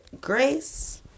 grace